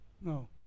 No